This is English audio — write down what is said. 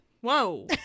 Whoa